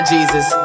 Jesus